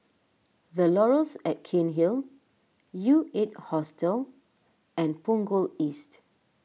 the Laurels at Cairnhill U eight Hostel and Punggol East